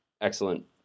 excellent